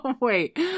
wait